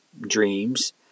dreams